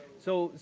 so,